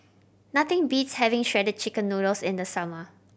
nothing beats having Shredded Chicken Noodles in the summer